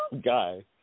guy